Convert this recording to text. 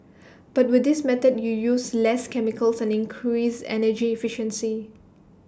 but with this method you use less chemicals and increase energy efficiency